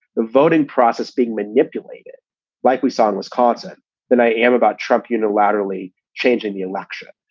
the voting process being manipulated like we saw in wisconsin than i am about trump unilaterally changing the election.